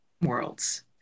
worlds